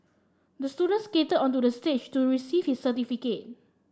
the student skated onto the stage to receive his certificate